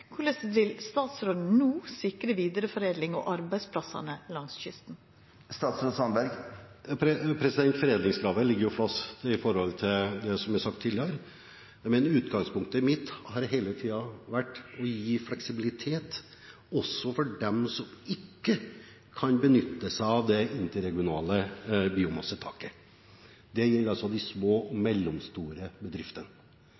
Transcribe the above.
Korleis vil statsråden no, med den tilknytinga alle har til to produksjonsområde utan krav til vidareforedling, sikra vidareforedling og arbeidsplassar langs kysten? Foredlingskravet ligger fast i forhold til det som er sagt tidligere, men utgangspunktet mitt har hele tiden vært å gi fleksibilitet også for dem som ikke kan benytte seg av det interregionale biomasseuttaket. Det gjelder altså de små og